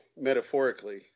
metaphorically